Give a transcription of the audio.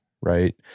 right